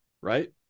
right